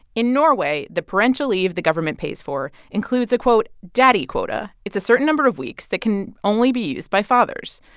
in norway, the parental leave the government pays for includes a, quote, daddy quota. it's a certain number of weeks that can only be used by fathers.